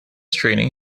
training